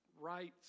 rights